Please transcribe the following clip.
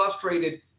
frustrated